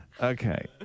Okay